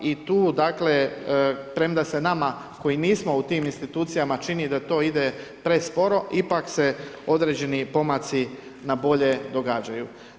I tu, premda se nama koji nismo u tim institucijama čini da to ide presporo, ipak se određeni pomaci na bolje događaju.